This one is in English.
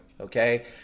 okay